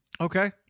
Okay